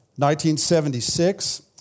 1976